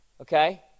Okay